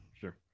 Sure